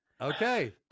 Okay